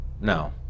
No